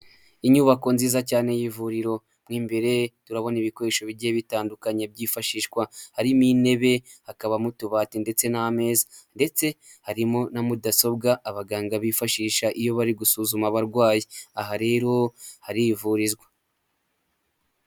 Inyubako nziza cyane y'ivuriro mu imbere turabona ibikoresho bigiye bitandukanye byifashishwa harimo intebe, hakabamo utubati ndetse n'ameza ndetse harimo na mudasobwa abaganga bifashisha iyo bari gusuzuma abarwayi aha rero harivurizwa.